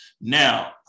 Now